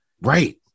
Right